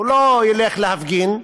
הוא לא ילך להפגין,